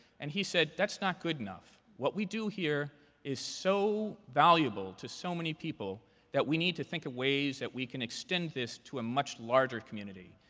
and he said, that's not good enough. what we do here is so valuable to so many people that we need to think of ways that we can extend this to a much larger community.